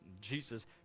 jesus